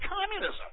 communism